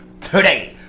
today